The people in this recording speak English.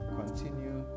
continue